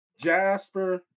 Jasper